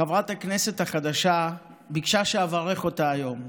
חברת הכנסת החדשה, ביקשה שאברך אותה היום.